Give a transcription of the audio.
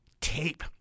tape